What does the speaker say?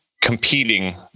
competing